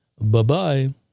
Bye-bye